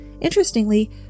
Interestingly